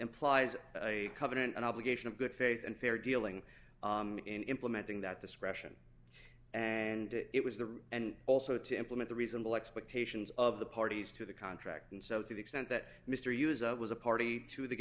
implies a covenant an obligation of good faith and fair dealing in implementing that discretion and it was the rule and also to implement the reasonable expectations of the parties to the contract and so to the extent that mr hughes was a party to the